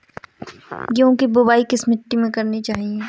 गेहूँ की बुवाई किस मिट्टी में करनी चाहिए?